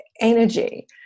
energy